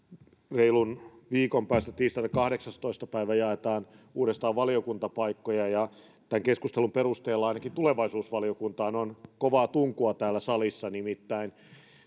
reilun viikon päästä tiistaina kahdeksastoista päivä jaetaan uudestaan valiokuntapaikkoja ja tämän keskustelun perusteella ainakin tulevaisuusvaliokuntaan on kovaa tunkua täällä salissa nimittäin